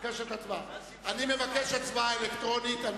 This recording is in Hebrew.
אלקטרונית.